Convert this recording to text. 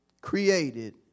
created